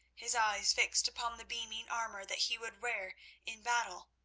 his eyes fixed upon the beaming armour that he would wear in battle,